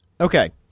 Okay